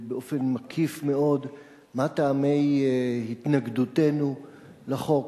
באופן מקיף מאוד מה טעמי התנגדותנו לחוק